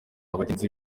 bagenzi